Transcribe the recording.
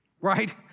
right